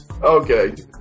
Okay